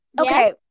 Okay